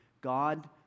God